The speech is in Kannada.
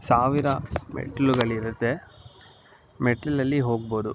ಸಾವಿರ ಮೆಟ್ಟಿಲುಗಳಿರುತ್ತೆ ಮೆಟ್ಟಿಲಲ್ಲಿ ಹೋಗ್ಬೋದು